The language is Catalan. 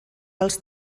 els